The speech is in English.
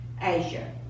Asia